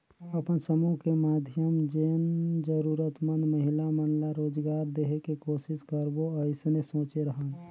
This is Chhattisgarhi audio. अपन समुह के माधियम जेन जरूरतमंद महिला मन ला रोजगार देहे के कोसिस करबो अइसने सोचे हन